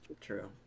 True